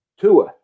Tua